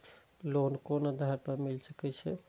Loan कोन आधार पर मिल सके छे?